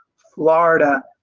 florida,